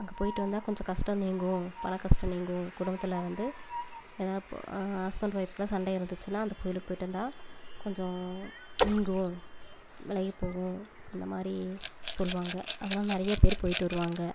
அங்கே போய்ட்டு வந்தால் கொஞ்சம் கஷ்டம் நீங்கும் பணக் கஷ்டம் நீங்கும் குடும்பத்தில் வந்து எதோ ஹஸ்பண்ட் ஒய்ஃப்க்குள்ளே சண்டை இருந்துச்சுன்னா அந்த கோவிலுக்கு போய்ட்டு வந்தால் கொஞ்சம் நீங்கும் விலகி போகும் அந்த மாதிரி சொல்வாங்க அதனால் நிறைய பேர் போய்ட்டு வருவாங்க